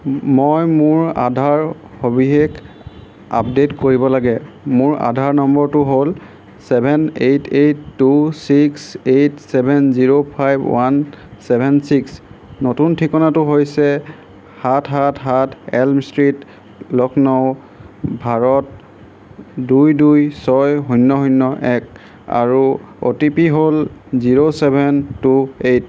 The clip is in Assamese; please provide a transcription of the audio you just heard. মই মোৰ আধাৰ সবিশেষ আপডে'ট কৰিব লাগে মোৰ আধাৰ নম্বৰটো হ'ল seven eight eight two six eight seven zero five one seven six নতুন ঠিকনাটো হৈছে সাত সাত সাত এল্ম ষ্ট্ৰীট লক্ষ্ণৌ ভাৰত দুই দুই ছয় শূন্য শূন্য এক আৰু অ' টি পি হ'ল জিৰ চেভেন টু এইট